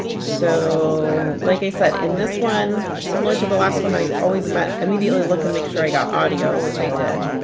so like i said in this one similar to the last one i always met immediately look and make sure i got audio which i did.